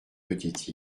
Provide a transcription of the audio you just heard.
petite